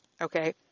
Okay